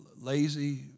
lazy